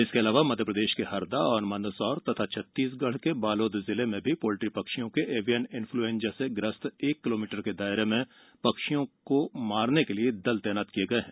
इसके अलावा मध्यप्रदेश के हरदा और मंदसौर तथा छत्तीसगढ़ के बालोद जिले में भ्जी पोल्ट्री पक्षियों के एवियन इन्फ्लूएंजा से ग्रस्त एक किलोमीटर के दायरे में पक्षियों को मारने के लिए दल तैनात किए गए हैं